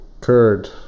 Curd